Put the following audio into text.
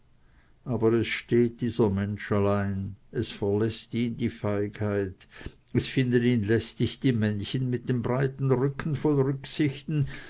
aber es steht dieser mensch allein es verläßt ihn die feigheit es finden ihn lästig die männchen mit den breiten rücken voll rücksichten